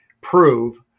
prove